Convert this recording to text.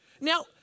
Now